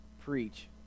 preach